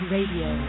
Radio